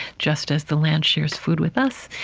just as the land shares food with us,